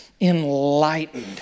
enlightened